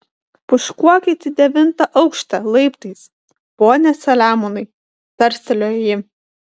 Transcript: pūškuokit į devintą aukštą laiptais pone saliamonai tarstelėjo ji